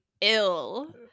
ill